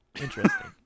Interesting